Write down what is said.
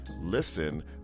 listen